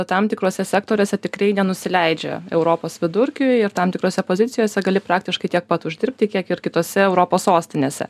tam tikruose sektoriuose tikrai nenusileidžia europos vidurkiui ir tam tikrose pozicijose gali praktiškai tiek pat uždirbti kiek ir kitose europos sostinėse